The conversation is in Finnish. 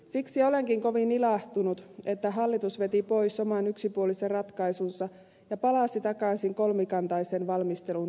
siksi olenkin kovin ilahtunut että hallitus veti pois oman yksipuolisen ratkaisunsa ja palasi takaisin kolmikantaisen valmistelun tielle